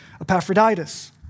Epaphroditus